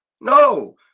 No